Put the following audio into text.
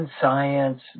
science